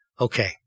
Okay